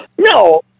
No